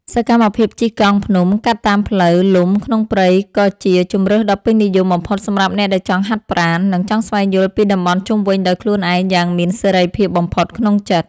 សកម្មភាពជិះកង់ភ្នំកាត់តាមផ្លូវលំក្នុងព្រៃក៏ជាជម្រើសដ៏ពេញនិយមបំផុតសម្រាប់អ្នកដែលចង់ហាត់ប្រាណ និង ចង់ស្វែងយល់ពីតំបន់ជុំវិញដោយខ្លួនឯងយ៉ាងមានសេរីភាពបំផុតក្នុងចិត្ត។